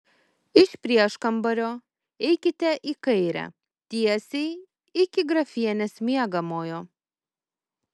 iš prieškambario eikite į kairę tiesiai iki grafienės miegamojo